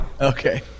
Okay